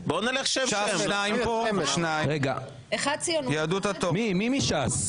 ש"ס 2. מש"ס